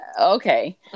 Okay